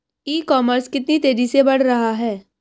ई commerce कितनी तेजी से बढ़ रहा है?